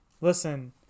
Listen